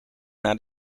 naar